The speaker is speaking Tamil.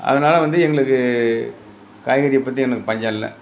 அதனால் வந்து எங்களுக்கு காய்கறியை பற்றி எனக்கு பஞ்சம் இல்லை